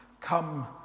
come